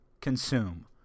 consume